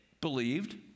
believed